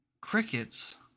crickets